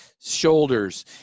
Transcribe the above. shoulders